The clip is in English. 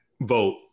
vote